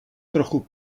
trochu